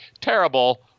terrible